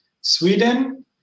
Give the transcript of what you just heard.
Sweden